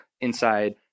inside